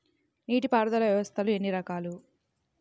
నీటిపారుదల వ్యవస్థలు ఎన్ని రకాలు?